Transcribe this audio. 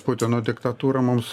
putino diktatūra mums su